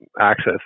access